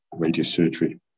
radiosurgery